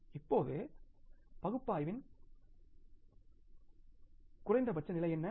இப்போது பகுப்பாய்வின் குறைந்தபட்ச நிலை என்ன